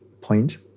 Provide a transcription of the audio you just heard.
point